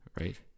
Right